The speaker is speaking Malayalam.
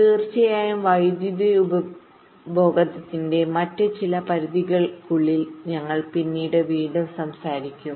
തീർച്ചയായും വൈദ്യുതി ഉപഭോഗത്തിന്റെ മറ്റ് ചില പരിധികൾക്കുള്ളിൽ ഞങ്ങൾ പിന്നീട് വീണ്ടും സംസാരിക്കും